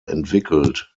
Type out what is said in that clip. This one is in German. entwickelt